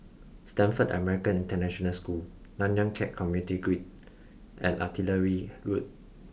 Stamford American International School Nanyang Khek Community Guild and Artillery Road